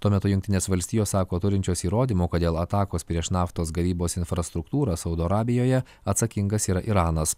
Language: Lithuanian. tuo metu jungtinės valstijos sako turinčios įrodymų kad dėl atakos prieš naftos gavybos infrastruktūrą saudo arabijoje atsakingas yra iranas